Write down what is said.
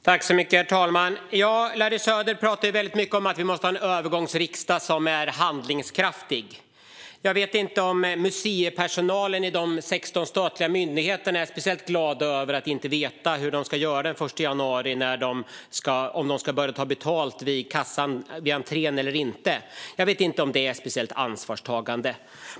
Herr talman! Larry Söder talar mycket om att vi måste ha en regering som är handlingskraftig. Jag vet inte om museipersonalen i de 16 statliga myndigheterna är speciellt glad över att inte veta hur de ska göra den 1 januari - om de ska börja ta betalt i entrén eller inte. Jag vet inte om det är speciellt ansvarstagande.